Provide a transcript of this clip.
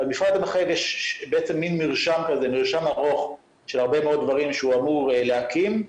במפרט המחייב יש מרשם ארוך של הרבה מאוד דברים שהוא אמור להקים,